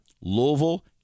Louisville